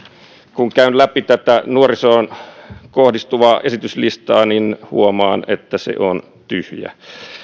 kun käyn läpi tätä nuorisoon kohdistuvaa esityslistaa niin huomaan että se on tyhjä